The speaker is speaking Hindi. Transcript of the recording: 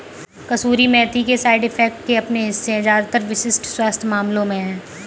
कसूरी मेथी के साइड इफेक्ट्स के अपने हिस्से है ज्यादातर विशिष्ट स्वास्थ्य मामलों में है